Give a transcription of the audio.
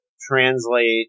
translate